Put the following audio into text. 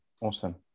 Awesome